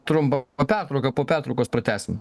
trumpą pertrauką po pertraukos pratęsim